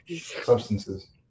substances